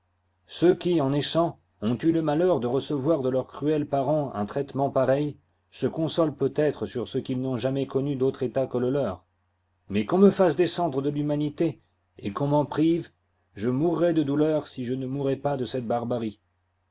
ceux qui en naissant ont eu le malheur de recevoir de leurs cruels parents un traitement pareil se consolent peut-être sur ce qu'ils n'ont jamais connu d'autre état que le leur mais qu'on me fasse descendre de l'humanité et qu'on m'en prive je mourrois de douleur si je ne mourois pas de cette barbarie